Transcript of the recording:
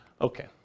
Okay